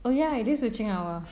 oh ya it is witching hour